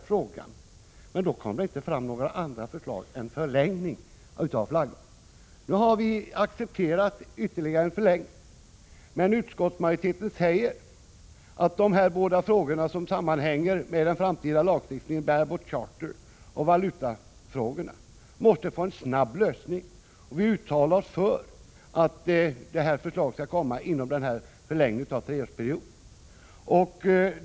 Men under denna tid kom det inte fram några andra förslag än sådana som gällde en förlängning av flagglagen. Nu har vi accepterat ytterligare en förlängning. Men utskottsmajoriteten säger att dessa båda frågor som sammanhänger med den framtida lagstiftningen — bare-boat charter och valutafrågorna — måste få en snabb lösning. Vi uttalar oss för att detta förslag skall läggas fram inom den treårsperiod som förlängningen gäller.